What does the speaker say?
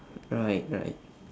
right right